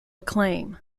acclaim